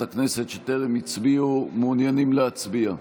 הכנסת שטרם הצביעו ומעוניינים להצביע?